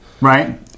Right